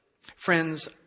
Friends